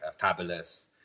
Fabulous